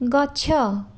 ଗଛ